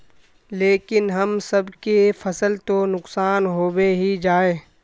लेकिन हम सब के फ़सल तो नुकसान होबे ही जाय?